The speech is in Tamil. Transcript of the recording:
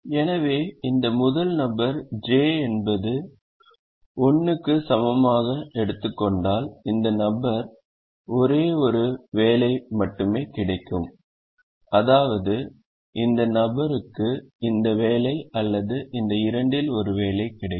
எனவே இந்த முதல் நபர் j என்பது 1 க்கு சமமாக எடுத்துக் கொண்டால் இந்த நபருக்கு ஒரே ஒரு வேலை மட்டுமே கிடைக்கும் அதாவதது இந்த நபருக்கு இந்த வேலை அல்லது இந்த இரண்டில் ஒரு வேலை கிடைக்கும்